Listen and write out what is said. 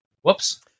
Whoops